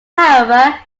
however